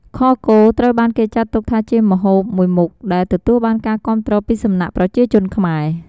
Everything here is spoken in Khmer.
ខគោត្រូវបានគេចាត់ទុកថាជាម្ហូបមួយមុខដែលទទួលបានការគាំទ្រពីសំណាក់ប្រជាជនខ្មែរ។